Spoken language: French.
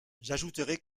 j’ajouterai